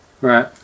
Right